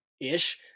ish